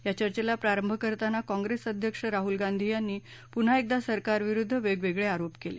या चर्चेला प्रारंभ करताना काँग्रेस अध्यक्ष राहूल गांधी यांनी पुन्हा एकदा सरकारविरूद्ध वेगवेगळे आरोप केले